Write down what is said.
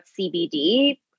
cbd